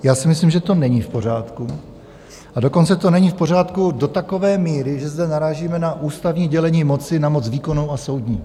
Já si myslím, že to není v pořádku, a dokonce to není v pořádku do takové míry, že zde narážíme na ústavní dělení moci na moc výkonnou a soudní.